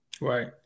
Right